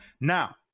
Now